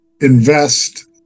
invest